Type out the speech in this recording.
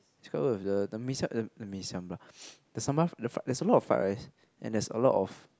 it's quite worth the the mee-siam the the mee-siam lah the sambal there there's a lot of fried rice and there's a lot of